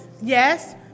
Yes